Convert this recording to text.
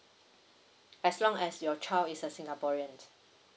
as long as your child is a singaporean